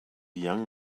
young